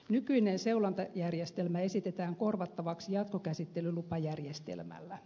nykyinen seulontajärjestelmä esitetään korvattavaksi jatkokäsittelylupajärjestelmällä